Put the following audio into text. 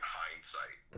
hindsight